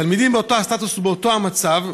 תלמידים באותו הסטטוס ובאותו המצב,